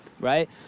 right